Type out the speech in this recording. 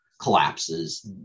collapses